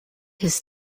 his